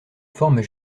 formes